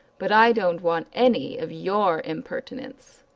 but i don't want any of your impertinence.